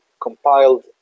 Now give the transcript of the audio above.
compiled